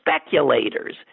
speculators